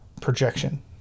projection